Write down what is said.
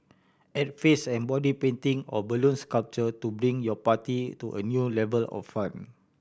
add face and body painting or balloon sculpture to bring your party to a new level of fun